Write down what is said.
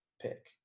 pick